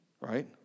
Right